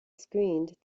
screened